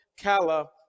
kala